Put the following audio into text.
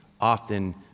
often